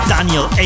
Daniel